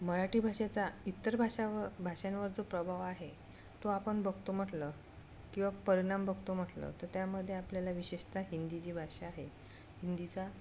मराठी भाषेचा इतर भाषावर भाषांंवर जो प्रभाव आहे तो आपण बघतो म्हटलं किंवा परिणाम बघतो म्हटलं तर त्यामध्ये आपल्याला विशेषत हिंदी जी भाषा आहे हिंदीचा